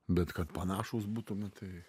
bet kad panašūs būtume tai